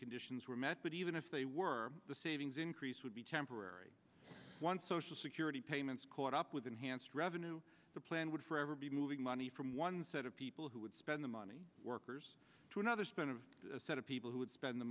conditions were met but even if they were the savings increase would be temporary one social security payments caught up with enhanced revenue the plan would forever be moving money from one set of people who would spend the money workers to another spend of the set of people who would spend the